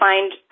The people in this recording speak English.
Find